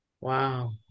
Wow